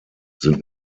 sind